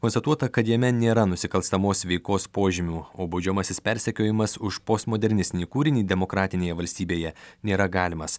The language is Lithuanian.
konstatuota kad jame nėra nusikalstamos veikos požymių o baudžiamasis persekiojimas už postmodernistinį kūrinį demokratinėje valstybėje nėra galimas